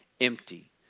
empty